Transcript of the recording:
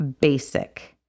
basic